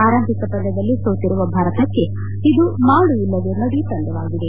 ಆರಂಭಿಕ ಪಂದ್ಯದಲ್ಲಿ ಸೋತಿರುವ ಭಾರತಕ್ಕೆ ಇದು ಮಾಡು ಇಲ್ಲವೇ ಮಡಿ ಪಂದ್ಯವಾಗಿದೆ